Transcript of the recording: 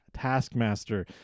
Taskmaster